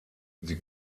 sie